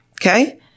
okay